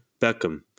Beckham